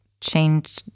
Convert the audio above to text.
change